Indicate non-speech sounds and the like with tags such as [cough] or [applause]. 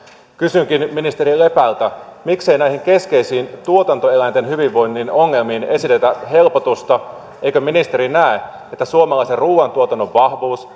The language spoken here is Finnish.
kysynkin ministeri lepältä miksei näihin keskeisiin tuotantoeläinten hyvinvoinnin ongelmiin esitetä helpotusta eikö ministeri näe että suomalaisen ruoantuotannon vahvuus [unintelligible]